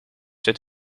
zit